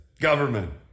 government